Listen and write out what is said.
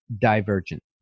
divergent